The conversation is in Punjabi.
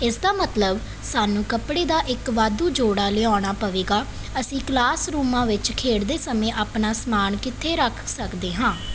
ਇਸ ਦਾ ਮਤਲਬ ਸਾਨੂੰ ਕੱਪੜੇ ਦਾ ਇੱਕ ਵਾਧੂ ਜੋੜਾ ਲਿਆਉਣਾ ਪਵੇਗਾ ਅਸੀਂ ਕਲਾਸਰੂਮਾਂ ਵਿਚ ਖੇਡਦੇ ਸਮੇਂ ਆਪਣਾ ਸਮਾਨ ਕਿੱਥੇ ਰੱਖ ਸਕਦੇ ਹਾਂ